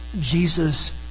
Jesus